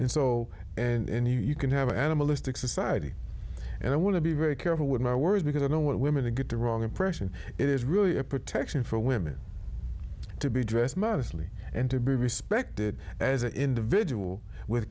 and soul and you can have animalistic society and i want to be very careful with my words because i don't want women to get the wrong impression is really a protection for women to be dressed modestly and to be respected as an individual with